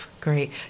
great